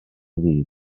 ddydd